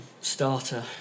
Starter